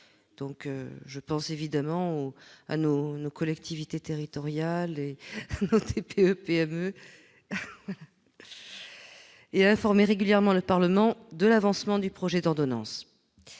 Je pense évidemment à nos collectivités territoriales et à nos TPE et PME. Il s'est également engagé à informer régulièrement le Parlement de l'avancement du projet d'ordonnance.